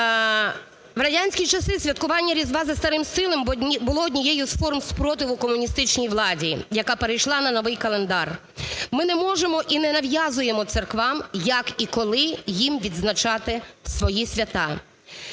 В радянські часи святкування Різдва за старим стилем було однією з форм спротиву комуністичній владі, яка перейшла на новий календар. Ми не можемо і не нав'язуємо церквам, як і коли їм відзначати свої свята.